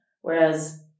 whereas